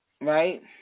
right